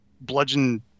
bludgeon